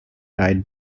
eyed